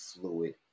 fluid